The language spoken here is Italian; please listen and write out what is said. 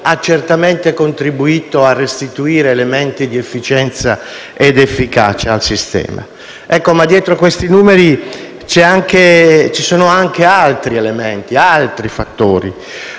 ha certamente contribuito a restituire elementi di efficienza ed efficacia al sistema. Ma, dietro a questi numeri, ci sono anche altri fattori,